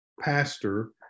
pastor